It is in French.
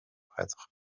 prêtres